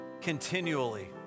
continually